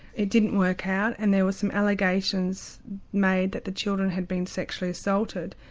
it didn't work out, and there were some allegations made that the children had been sexually assaulted,